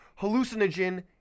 hallucinogen